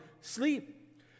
sleep